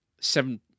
seven